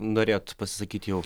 norėjot pasisakyt jau